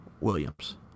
Williams